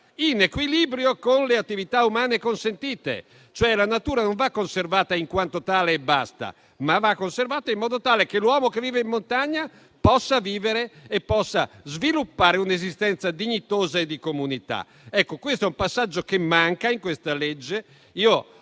in equilibrio con le attività umane consentite. La natura non va conservata in quanto tale e basta, ma va conservata in modo tale che l'uomo che vive in montagna possa sviluppare un'esistenza dignitosa e di comunità. Ecco, questo è un passaggio che manca in questo